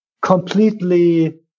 completely